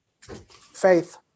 faith